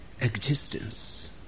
existence